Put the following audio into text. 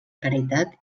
caritat